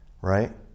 right